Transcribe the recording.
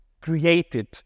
created